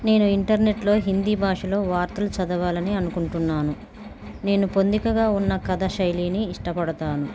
నేను ఇంటర్నెట్లో హిందీ భాషలో వార్తలు చదవాలి అని అనుకుంటున్నాను నేను పొందికగా ఉన్న కథ శైలిని ఇష్టపడతాను